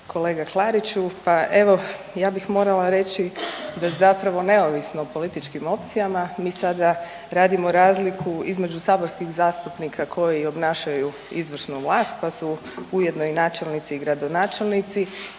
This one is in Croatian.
Kolega Klariću pa evo ja bih morala reći da zapravo neovisno o političkim opcijama mi sada radimo razliku između saborskih zastupnika koji obnašaju izvršnu vlast pa su ujedno i načelnici i gradonačelnici